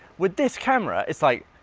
with this camera, it's like,